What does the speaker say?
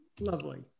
Lovely